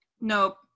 Nope